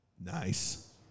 Nice